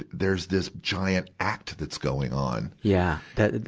there's this giant act that's going on. yeah. that,